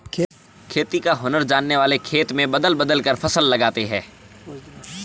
खेती का हुनर जानने वाले खेत में बदल बदल कर फसल लगाते हैं